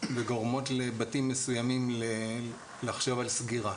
וגורמות לבתים מסוימים לחשוב על סגירה.